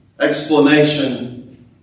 explanation